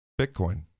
Bitcoin